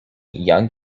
young